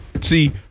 See